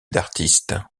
d’artistes